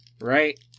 right